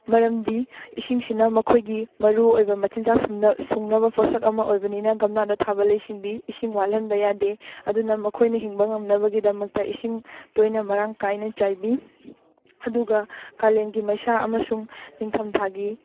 ꯃꯔꯝꯗꯤ ꯏꯁꯤꯡꯁꯤꯅ ꯃꯈꯣꯏꯒꯤ ꯃꯔꯨꯑꯣꯏꯕ ꯃꯆꯤꯟꯖꯥꯛ ꯁꯨꯡꯅꯕ ꯄꯣꯁꯛ ꯑꯃ ꯑꯣꯏꯕꯅꯤꯅ ꯒꯝꯂꯥꯗ ꯊꯥꯕ ꯂꯩꯁꯤꯡꯗꯤ ꯏꯁꯤꯡ ꯋꯥꯠꯍꯟꯕ ꯌꯥꯗꯦ ꯑꯗꯨꯅ ꯃꯈꯣꯏꯅ ꯍꯤꯡꯕ ꯉꯝꯅꯕꯒꯤꯗꯃꯛꯇ ꯏꯁꯤꯡ ꯇꯣꯏꯅ ꯃꯔꯥꯡ ꯀꯥꯏꯅ ꯆꯥꯏꯕꯤ ꯑꯗꯨꯒ ꯀꯥꯂꯦꯟꯒꯤ ꯃꯩꯁꯥ ꯑꯃꯁꯨꯡ ꯅꯤꯡꯊꯝꯊꯥꯒꯤ